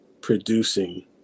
producing